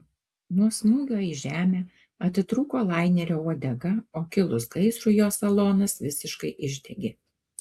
nuo smūgio į žemę atitrūko lainerio uodega o kilus gaisrui jo salonas visiškai išdegė